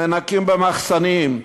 נאנקים במחסנים,